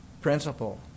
principle